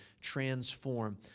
transform